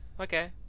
okay